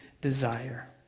desire